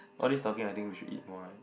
all this talking I think we should eat more right